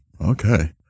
okay